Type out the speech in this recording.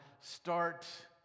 start